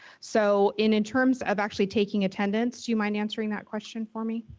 so, in in terms of actually taking attendance. do you mind answering that question for me?